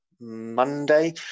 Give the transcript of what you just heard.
Monday